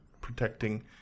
protecting